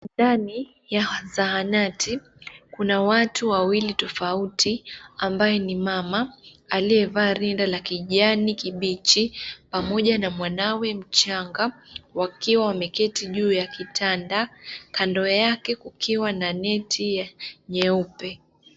Ndani ya zahanati kuna watu wawili tofauti ambaye ni mama aliyevaa rinda la kijani kibichi pamoja na mwanawe mchanga wakiwa wameketi juu ya kitanda kando yake kukiwa na neti nyeupe.